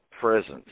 presence